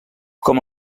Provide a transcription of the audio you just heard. com